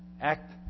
Act